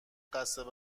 قصد